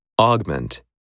Augment